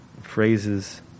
phrases